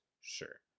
sure